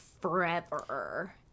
forever